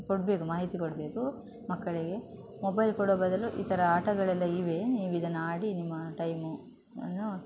ಕೊಡಬೇಕು ಮಾಹಿತಿ ಕೊಡಬೇಕು ಮಕ್ಕಳಿಗೆ ಮೊಬೈಲ್ ಕೊಡೋ ಬದಲು ಈ ಥರ ಆಟಗಳೆಲ್ಲ ಇವೆ ನೀವಿದನ್ನು ಆಡಿ ನಿಮ್ಮ ಟೈಮನ್ನು